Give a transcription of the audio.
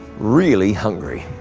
really hungry.